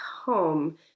home